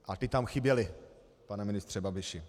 A ty tam chyběly, pane ministře Babiši.